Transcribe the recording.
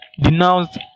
denounced